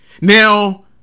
Now